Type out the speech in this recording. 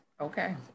Okay